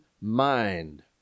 mind